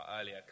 earlier